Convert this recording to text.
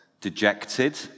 dejected